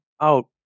out